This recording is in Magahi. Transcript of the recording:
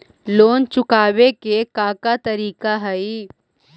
लोन चुकावे के का का तरीका हई?